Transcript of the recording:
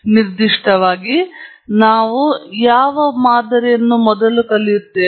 ಆದ್ದರಿಂದ ನಿರ್ದಿಷ್ಟವಾಗಿ ನಾವು ಯಾವ ಮಾದರಿಯೆಂದು ಮೊದಲು ಕಲಿಯುತ್ತೇವೆ